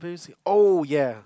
oh ya